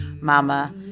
Mama